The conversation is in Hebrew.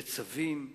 בצווים,